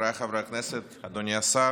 חבריי חברי הכנסת, אדוני השר,